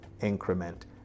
increment